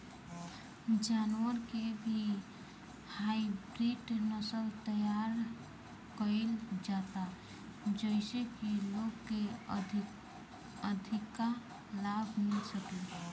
जानवर के भी हाईब्रिड नसल तैयार कईल जाता जेइसे की लोग के अधिका लाभ मिल सके